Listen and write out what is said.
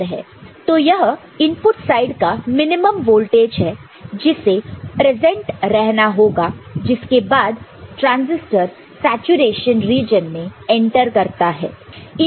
तो यह input side का मिनिमम वोल्टेज है जिसे प्रेजेंट रहना होगा जिसके बाद ट्रांसिस्टर सैचुरेशन रीजन में एंटर करता है